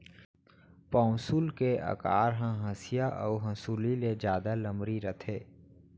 पौंसुल के अकार ह हँसिया अउ हँसुली ले जादा लमरी रथे